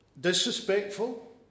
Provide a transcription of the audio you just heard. disrespectful